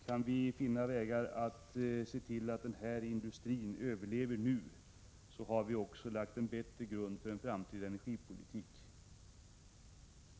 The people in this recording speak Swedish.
Kan vi finna vägar att se till att den industrin nu överlever har vi också lagt en bättre grund för en framtida energipolitik.